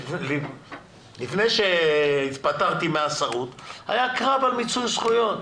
לפני שהתפטרתי מהשרות, היה קרב על מיצוי זכויות.